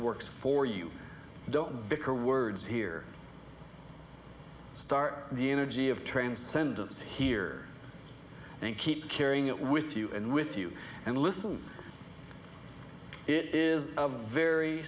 works for you don't bicker words here start the energy of transcendence here and keep carrying it with you and with you and listen it is a very